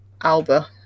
Alba